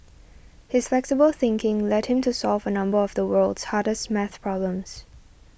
his flexible thinking led him to solve a number of the world's hardest math problems